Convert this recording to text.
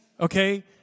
Okay